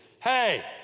Hey